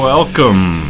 Welcome